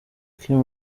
kim